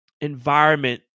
environment